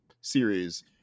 series